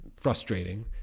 frustrating